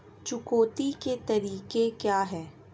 चुकौती के तरीके क्या हैं?